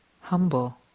humble